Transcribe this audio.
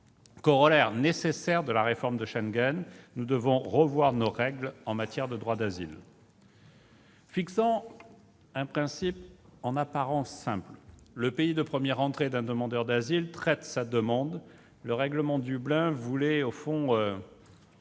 Corolaire nécessaire de cette réforme de Schengen, nous devons revoir nos règles en matière de droit d'asile. Fixant un principe en apparence simple- le pays de première entrée d'un demandeur d'asile traite sa demande -, le règlement Dublin s'est révélé